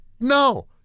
No